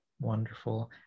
Wonderful